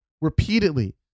repeatedly